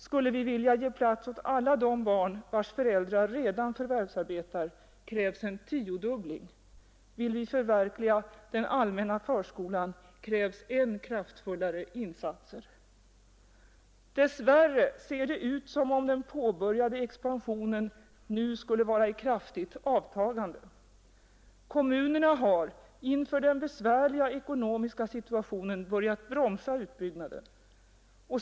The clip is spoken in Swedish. Skulle vi vilja ge plats åt alla barn, vilkas föräldrar redan förvärvsarbetar, krävs en tiodubbling. Vill vi förverkliga den allmänna förskolan krävs än kraftfullare insatser. Dess värre ser det ut som om den påbörjade expansionen av daghemsvården nu skulle vara i kraftigt avtagande. Kommunerna har inför den besvärliga ekonomiska situationen börjat bromsa utbyggnaden.